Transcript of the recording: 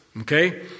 Okay